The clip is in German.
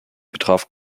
betraf